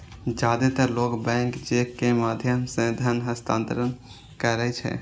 जादेतर लोग bank cheque के माध्यम सं धन हस्तांतरण करै छै